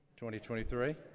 2023